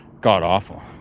god-awful